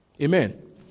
Amen